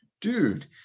dude